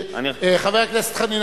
חבר הכנסת חנין,